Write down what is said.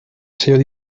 sello